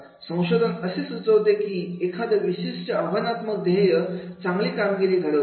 संशोधन असे सुचवतो कि एखादं विशिष्ट आव्हानात्मक ध्येय चांगली कामगिरी घडवतात